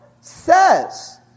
says